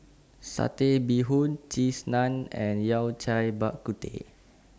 Satay Bee Hoon Cheese Naan and Yao Cai Bak Kut Teh